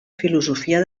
filosofia